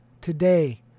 today